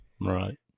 Right